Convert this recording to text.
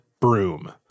broom